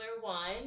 one